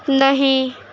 نہیں